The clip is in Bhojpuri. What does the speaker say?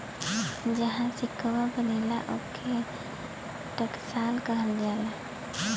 जहाँ सिक्कवा बनला, ओके टकसाल कहल जाला